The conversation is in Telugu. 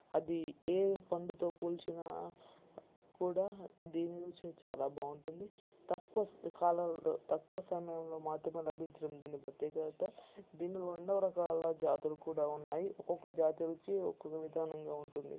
అది ఏ ఏ పండుతో పోల్చిన కూడా దీని రుచి చాలా బాగుంటుంది తక్కువ కాలాల్లో తక్కువ సమయంలో మాత్రమే లభించడం దీని ప్రత్యేకత దీనిలో ఎన్నో రకాల జాతులు కూడా ఉన్నాయి ఒక్కొక్క జాతికి ఒక్కొక్క విధానంగా ఉంటుంది